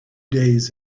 days